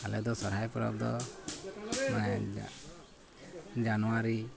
ᱟᱞᱮᱫᱚ ᱥᱚᱦᱚᱨᱟᱭ ᱯᱚᱨᱚᱵᱽᱫᱚ ᱢᱟᱱᱮ ᱡᱟᱱᱩᱣᱟᱨᱤ